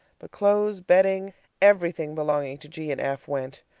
but clothes, bedding everything belonging to g and f went.